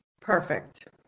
Perfect